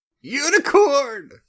Unicorn